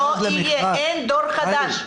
אין דור חדש.